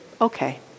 okay